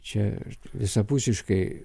čia visapusiškai